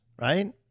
right